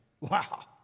Wow